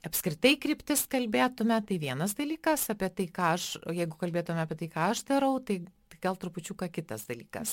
apskritai kryptis kalbėtume tai vienas dalykas apie tai ką aš jeigu kalbėtume apie tai ką aš darau tai gal trupučiuką kitas dalykas